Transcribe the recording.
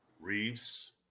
Reeves